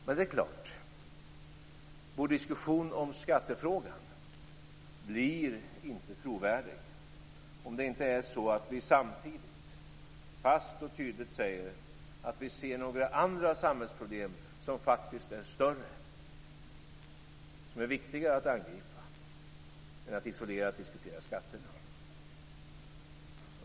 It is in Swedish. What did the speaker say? Men det är klart att vår diskussion om skattefrågan inte blir trovärdig om vi inte samtidigt klart och tydligt säger att vi ser några andra samhällsproblem som faktiskt är större och som är viktigare att angripa än att isolerat diskutera skatterna.